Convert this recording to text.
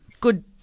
good